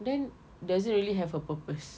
then does it really have a purpose